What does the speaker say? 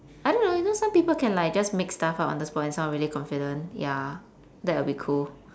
I don't know you know some people can like just make stuff up on the spot and sound really confident ya that would be cool